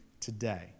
today